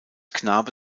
knabe